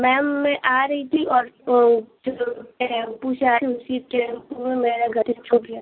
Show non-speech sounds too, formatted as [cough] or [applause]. ma'am मैं आ रही थी और [unintelligible] उसी से [unintelligible] वह भी मेरा घर ही छूट गया